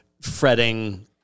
fretting